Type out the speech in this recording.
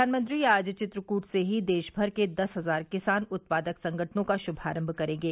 प्रधानमंत्री आज चित्रकूट से ही देशभर के दस हजार किसान उत्पादक संगठनों का श्मारम करेंगे